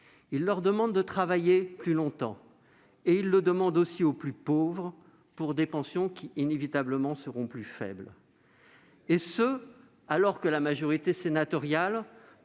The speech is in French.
leur demandent de travailler plus longtemps. Ils le demandent même aux plus pauvres, pour des pensions qui seront inévitablement plus faibles, et ce alors que la majorité sénatoriale